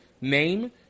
name